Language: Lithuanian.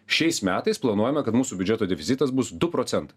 šiais metais planuojame kad mūsų biudžeto deficitas bus du procentai